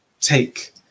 take